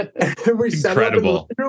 Incredible